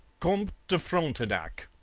comte de frontenac